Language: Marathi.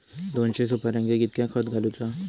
दोनशे सुपार्यांका कितक्या खत घालूचा?